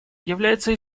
является